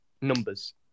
numbers